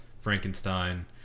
Frankenstein